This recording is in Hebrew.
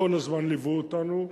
כל הזמן ליוו אותנו.